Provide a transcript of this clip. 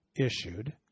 issued